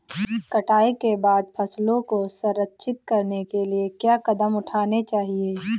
कटाई के बाद फसलों को संरक्षित करने के लिए क्या कदम उठाने चाहिए?